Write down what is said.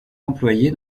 employés